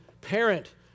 parent